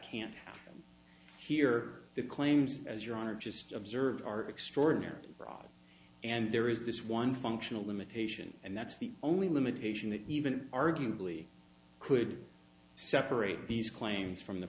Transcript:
can't here the claims as your honor just observed are extraordinarily broad and there is this one functional limitation and that's the only limitation that even arguably could separate these claims from the